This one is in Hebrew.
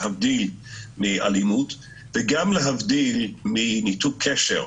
להבדיל מאלימות, וגם להבדיל מניתוק קשר.